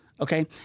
Okay